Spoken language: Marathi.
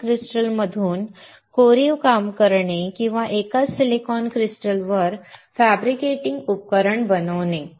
एकाच दगडातून कोरीव काम करणे किंवा एकाच सिलिकॉन क्रिस्टलवर फॅब्रिकेटिंग उपकरण बनवणे